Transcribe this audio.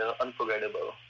unforgettable